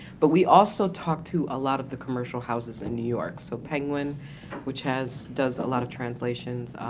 but we also talked to a lot of the commercial houses in new york, so penguin which has does a lot of translations,